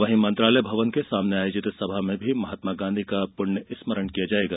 वहीं मंत्रालय भवन के सामने आयोजित सभा में महात्मा गांधी को पुण्य स्मरण किया जायेगा